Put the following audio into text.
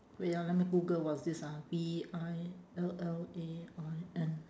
wait ah let me google what's this ah V I L L A I N